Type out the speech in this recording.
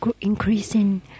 increasing